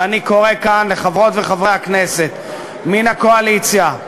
ואני קורא כאן לחברות וחברי הכנסת מן הקואליציה,